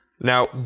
Now